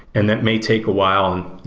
and that may take a while.